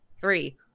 three